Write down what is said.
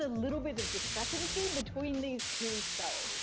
ah little bit of discrepancy between these two selves.